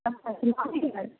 আচ্ছা